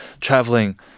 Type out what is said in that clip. traveling